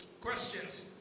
questions